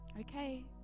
Okay